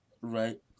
Right